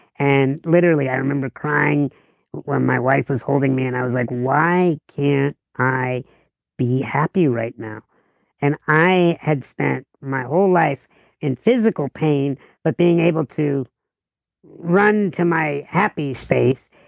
and literally i remember crying when my wife was holding me, and i was like why can't i be happy right now and i had spent my whole life in physical pain by but being able to run to my happy space,